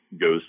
goes